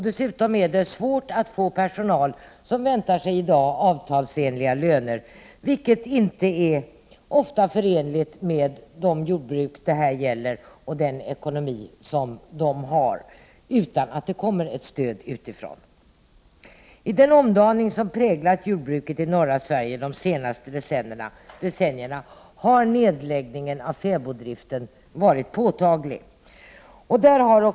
Dessutom är det svårt att få personal till fäbodarna, personal som i dag väntar sig avtalsenliga löner, vilket ofta inte är förenligt med de jordbruk det här gäller och den ekonomi som de har utan stöd utifrån. I den omdaning som präglat jordbruket i norra Sverige de senaste decennierna har nedläggningen av fäboddriften varit påtaglig.